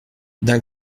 d’un